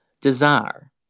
desire